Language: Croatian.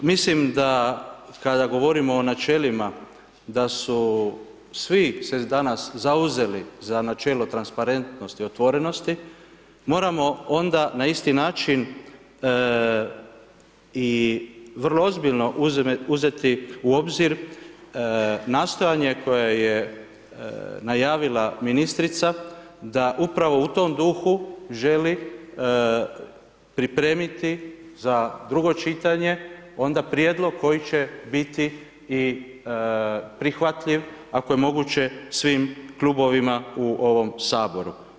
Mislim da kada govorimo o načelima, da su svi, se danas zauzeli, za načelo transparentnosti, otvorenosti, moramo onda na isti način i vrlo ozbiljno uzeti u obzir nastojanje koje je najavila ministrica da upravo u tom duhu želi pripremiti za drugo čitanje, onda prijedlog koje će biti i prihvatljiv ako je moguće svim klubovima u ovom Saboru.